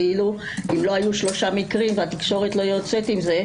כאילו אם לא היו שלושה מקרים והתקשורת לא יוצאת עם זה,